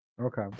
okay